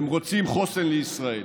הם רוצים חוסן לישראל.